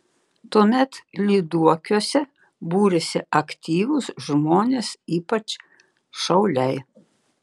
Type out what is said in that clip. tuomet lyduokiuose būrėsi aktyvūs žmonės ypač šauliai